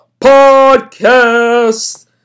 podcast